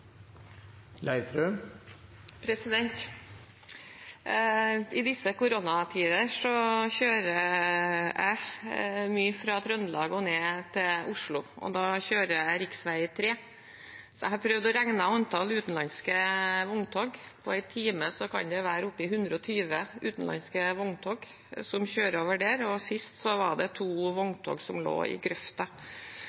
da kjører jeg rv. 3. Jeg har prøvd å regne på antall utenlandske vogntog. På en time kan det være oppe i 120 utenlandske vogntog som kjører over der. Sist var det to